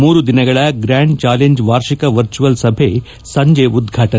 ಮೂರು ದಿನಗಳ grand challenge ವಾರ್ಷಿಕ ವರ್ಚುವಲ್ ಸಭೆ ಸಂಜೆ ಉದಾಟನೆ